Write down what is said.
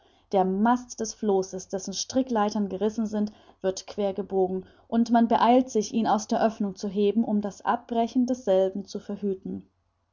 der mast des flosses dessen strickleitern gerissen sind wird quer gebogen und man beeilt sich ihn aus der oeffnung zu heben um das abbrechen desselben zu verhüten